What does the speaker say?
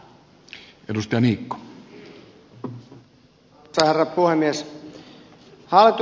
arvoisa herra puhemies